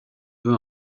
veut